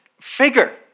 figure